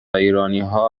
ایرانیها